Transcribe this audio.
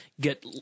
get